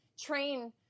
train